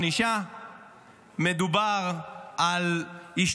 מדובר על החמרת ענישה,